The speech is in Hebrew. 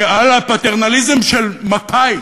כי לפטרנליזם של מפא"י,